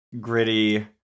gritty